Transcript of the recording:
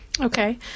Okay